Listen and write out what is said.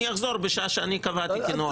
אני אחזור בשעה שאני קבעתי כי נוח לי.